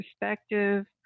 perspective